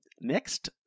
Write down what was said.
next